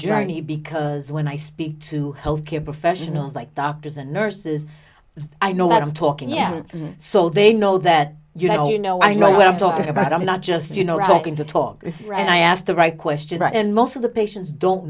journey because when i speak to health care professionals like doctors and nurses i know what i'm talking yeah so they know that you know you know i know what i'm talking about i'm not just you know writing to talk and i asked the right questions and most of the patients don't